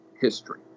history